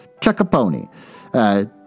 Chuck-a-pony